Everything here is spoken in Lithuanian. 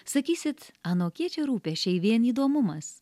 sakysit anokie čia rūpesčiai vien įdomumas